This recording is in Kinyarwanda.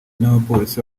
n’abapolisi